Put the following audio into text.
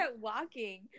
walking